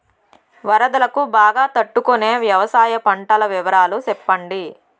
వరదలకు బాగా తట్టు కొనే వ్యవసాయ పంటల వివరాలు చెప్పండి?